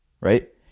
right